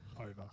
Over